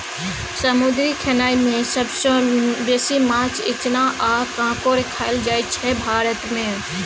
समुद्री खेनाए मे सबसँ बेसी माछ, इचना आ काँकोर खाएल जाइ छै भारत मे